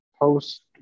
post